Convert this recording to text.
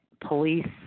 police